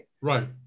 Right